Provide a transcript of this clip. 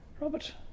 Robert